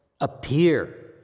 appear